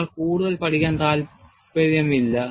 നിങ്ങൾ കൂടുതൽ പഠിക്കാൻ താൽപ്പര്യമില്ല